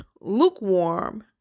Lukewarm